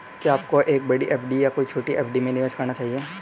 क्या आपको एक बड़ी एफ.डी या कई छोटी एफ.डी में निवेश करना चाहिए?